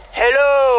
hello